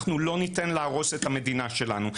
אנחנו לא ניתן להרוס את המדינה שלנו.